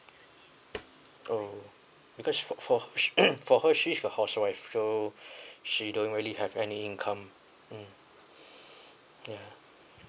orh because she for she for her she's a housewife so she don't really have any income mm ya